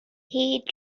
hyd